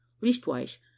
leastwise